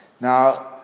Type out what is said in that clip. Now